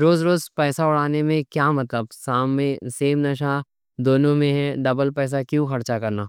روز روز پیسہ اڑانے میں کیا مطلب، سیم نشا دونوں میں ہے، ڈبل پیسہ کیوں خرچہ کرنا۔